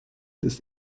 this